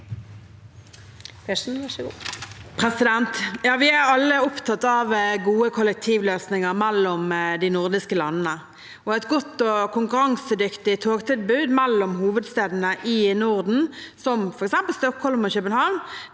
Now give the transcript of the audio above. Vi er alle opptatt av gode kollektivløsninger mellom de nordiske landene. Et godt og konkurransedyktig togtilbud mellom hovedstedene i Norden – som f.eks. Stockholm og København